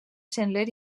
soler